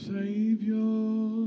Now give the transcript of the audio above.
Savior